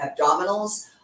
abdominals